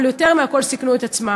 אבל יותר מכול סיכנו את עצמם.